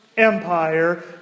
empire